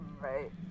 Right